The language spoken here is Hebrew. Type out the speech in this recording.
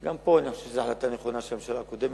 וגם פה אני חושב שזו החלטה נכונה של הממשלה הקודמת,